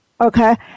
okay